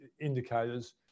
indicators